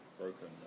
broken